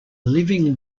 living